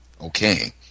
Okay